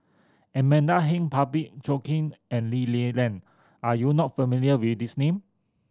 Amanda Heng Parsick Joaquim and Lee Li Lian are you not familiar with these name